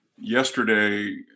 Yesterday